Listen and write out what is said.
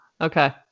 Okay